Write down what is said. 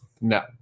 No